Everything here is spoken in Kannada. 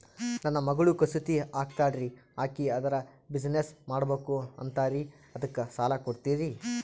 ನನ್ನ ಮಗಳು ಕಸೂತಿ ಹಾಕ್ತಾಲ್ರಿ, ಅಕಿ ಅದರ ಬಿಸಿನೆಸ್ ಮಾಡಬಕು ಅಂತರಿ ಅದಕ್ಕ ಸಾಲ ಕೊಡ್ತೀರ್ರಿ?